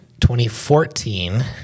2014